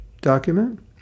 document